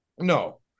No